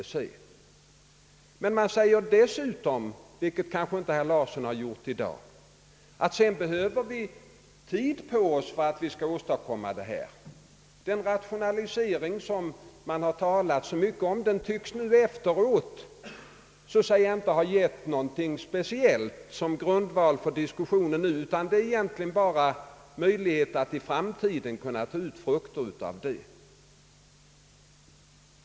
Bolaget säger dessutom, vilket kanske inte herr Larsson gjort i dag, att man sedan behöver tid på sig för att åstadkomma en rationalisering. De åtgärder man har talat så mycket om tycks nu efteråt inte ha givit någonting speciellt som grundval för diskussionen utan egentligen bara en möjlighet att ta ut framtida fördelar.